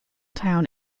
town